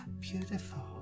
beautiful